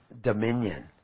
dominion